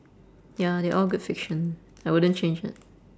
ya they're all good fiction I wouldn't change it